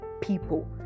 people